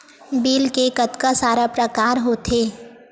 Bill के कतका सारा प्रकार होथे?